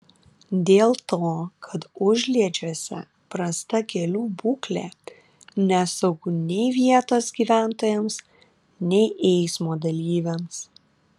dėl to kad užliedžiuose prasta kelių būklė nesaugu nei vietos gyventojams nei eismo dalyviams